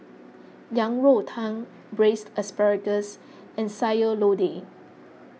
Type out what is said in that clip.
Yang Rou Tang Braised Asparagus and Sayur Lodeh